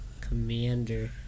commander